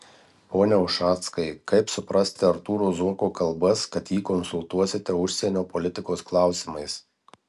pone ušackai kaip suprasti artūro zuoko kalbas kad jį konsultuosite užsienio politikos klausimais